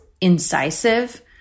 incisive